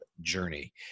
journey